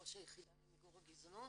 ראש היחידה למיגור הגזענות